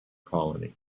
colony